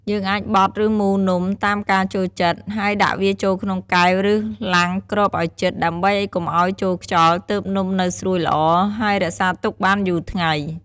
យើងអាចបត់ ឬមូរនំ តាមការចូលចិត្ត ហើយដាក់វាចូលក្នុងកែវឬ ឡាំងគ្របអោយជិត ដើម្បីកុំអោយចូលខ្យល់ ទើបនំនៅស្រួយល្អ ហើយរក្សាទុកបានយូរថ្ងៃ។